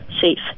safe